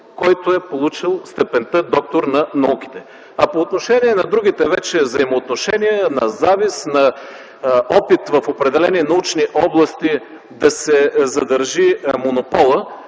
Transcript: който е получил степента „доктор на науките”. По отношение на другите взаимоотношения – завист или опит в определени научни области да се задържи монополът,